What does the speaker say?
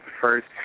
first